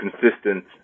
consistent